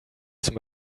zum